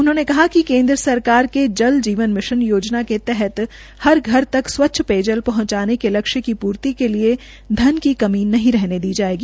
उन्होंने कहा कि केंद्र सरकार के जल जीवन मिशन योजना के तहत हर घर तक स्वच्छ पेयजल पहंचाने के लक्ष्य की पूर्ति के लिए धन की कमी नहीं रहने दी जाएगी